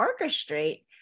orchestrate